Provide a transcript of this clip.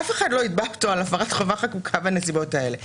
אף אחד לא יתבע אותו על הפרת חובה חקוקה בנסיבות האלה.